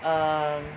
um